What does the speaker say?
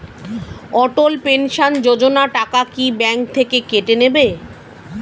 অটল pension Yojana টাকা কি bank থেকে কেটে নেবে?